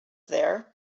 there